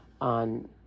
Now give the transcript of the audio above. on